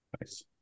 nice